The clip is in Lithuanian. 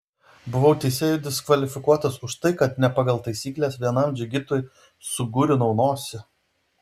buvau teisėjų diskvalifikuotas už tai kad ne pagal taisykles vienam džigitui sugurinau nosį